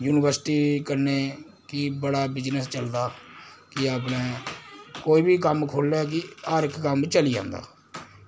university कन्नै कि बड़ा बिजनेस चलदा ऐ अपने कोई वि कम्म खोलै कि हर इक कम्म चली जंदा